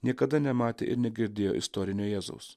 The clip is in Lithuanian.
niekada nematė ir negirdėjo istorinio jėzaus